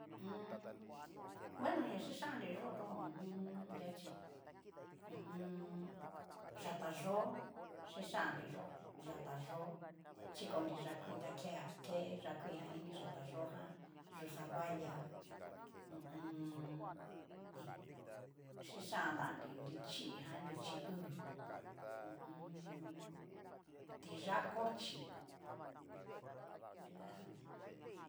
bueno na xhixanrii yo tu ho o on. anria achi hu u un. yata yoo xhixhanri yó, yata yoo chikonri yá'a kuii, ta kea kee yá'a kuii jan ini yatayojan, yuxa vaya ho o on. hí xhixhantanri, nrichijan, nruchí uu, hu u un. tiyá cochi nridajan.